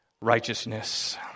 righteousness